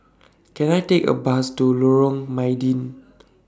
Can I Take A Bus to Lorong Mydin